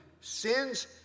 Sin's